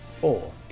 four